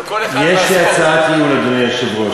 יש לי הצעת ייעול, אדוני היושב-ראש.